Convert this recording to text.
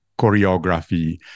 choreography